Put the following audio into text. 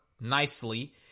nicely